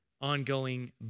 ongoing